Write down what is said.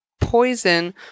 poison